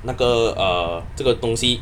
那个 err 这个东西